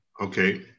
Okay